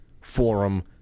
forum